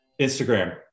Instagram